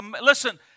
Listen